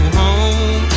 home